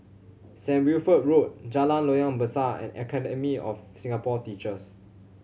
Saint Wilfred Road Jalan Loyang Besar and Academy of Singapore Teachers